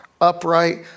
upright